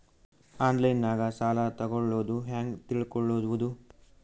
ಆನ್ಲೈನಾಗ ಸಾಲ ತಗೊಳ್ಳೋದು ಹ್ಯಾಂಗ್ ತಿಳಕೊಳ್ಳುವುದು?